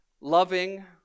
loving